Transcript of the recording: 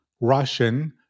Russian